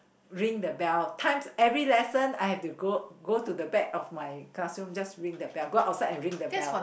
ring the bell times every lesson I have to go go to the back of my classroom just ring the bell go outside and ring the bell